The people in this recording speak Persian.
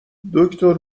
دکتر